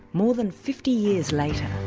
more than fifty years later.